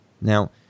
Now